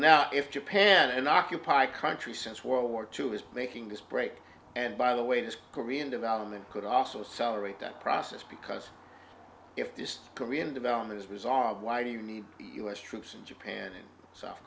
now if japan and occupy country since world war two has making this break and by the way this korean development could also celebrate that process because if this korean development is resolved why do you need us troops in japan and south